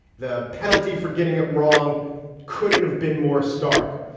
the penalty for getting it wrong couldn't have been more stark.